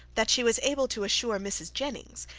that she was able to assure mrs. jennings,